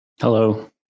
Hello